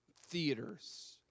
theaters